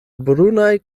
brunaj